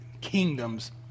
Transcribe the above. kingdoms